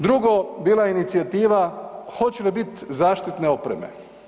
Drugo bila je inicijativa hoće li biti zaštitne opreme.